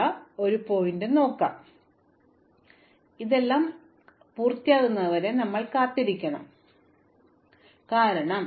അതിനാൽ എനിക്ക് ഒരു ശീർഷകം ഉണ്ട് അതിനാൽ ഇവയെല്ലാം പൂർത്തിയാകുന്നതുവരെ ഞാൻ കാത്തിരിക്കണം തുടർന്ന് അത് ചെയ്യുക